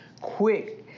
quick